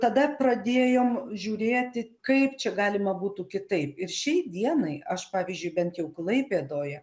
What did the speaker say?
tada pradėjom žiūrėti kaip čia galima būtų kitaip ir šiai dienai aš pavyzdžiui bent jau klaipėdoje